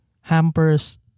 hampers